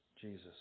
Jesus